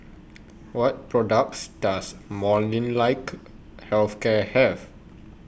What products Does Molnylcke Health Care Have